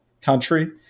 country